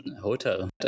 hotel